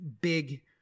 big